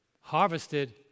harvested